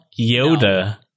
Yoda